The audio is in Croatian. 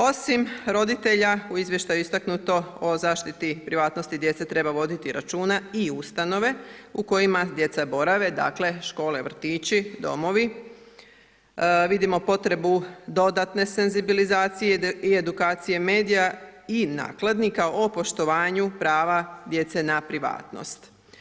Osim roditelja u izvještaju je istaknuto o zaštiti privatnosti djece, treba voditi računa i ustanova u kojima djeca borave, dakle, škole, vrtići, domovi, vidimo potrebu dodatne senzibilizacije i edukacije medija i nakladnika o poštovanju prava djece na opasnost.